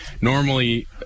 Normally